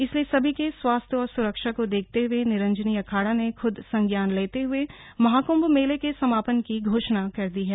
इसलिए सभी के स्वास्थ्य और सूरक्षा को देखते हए निरंजनी अखाड़ा ने खूद संज्ञान लेते हए महाकृंभ मेले के समापन की घोषणा कर दी है